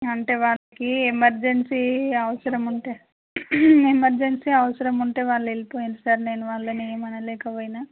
అంటే వాళ్ళకి ఎమర్జెన్సీ అవసరం ఉంటే ఎమర్జెన్సీ అవసరం ఉంటే వాళ్ళు వెళ్ళిపోయినారు సార్ నేను వాళ్ళని ఏం అనలేకపోయిన